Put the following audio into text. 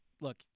look